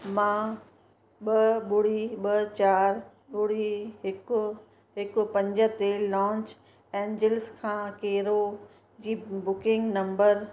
मां ॿ ॿुड़ी ॿ चारि ॿुड़ी हिकु हिकु पंज ते लॉंच एंजिल्स खां कहिड़ो जी बुकिंग नम्बर